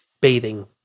bathing